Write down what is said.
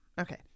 Okay